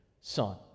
son